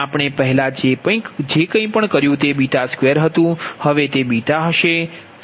આપણે પહેલા જે કંઇ કર્યું તે 2 હતુ હવે તે હશે